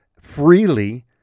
freely